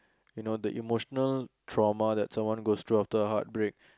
you know the emotional trauma that someone goes through after a heartbreak